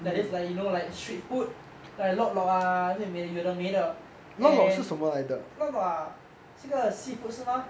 that is like you know like street food like lok lok ah 这有的没的 and lok lok ah 是个 seafood 是吗